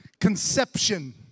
conception